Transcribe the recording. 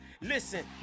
Listen